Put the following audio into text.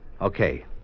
Okay